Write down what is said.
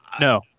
no